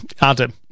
Adam